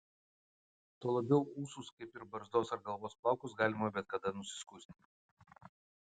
tuo labiau ūsus kaip ir barzdos ar galvos plaukus galima bet kada nusiskusti